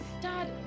Dad